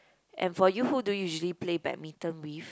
and for you who do you usually play badminton with